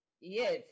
Yes